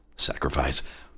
sacrifice